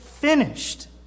finished